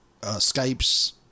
skypes